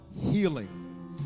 Healing